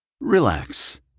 Relax